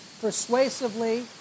persuasively